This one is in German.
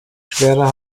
schwerer